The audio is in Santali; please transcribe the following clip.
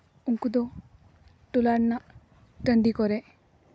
ᱩᱱᱠᱩ ᱫᱚ ᱴᱚᱞᱟ ᱨᱮᱱᱟᱜ ᱴᱟᱺᱰᱤ ᱠᱚᱨᱮ